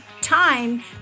Time